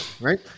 right